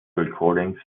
recordings